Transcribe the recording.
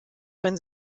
von